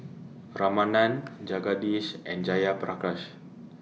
Ramanand Jagadish and Jayaprakash